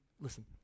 listen